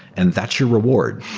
and that's your reward.